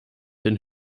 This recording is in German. den